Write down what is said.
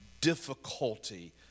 difficulty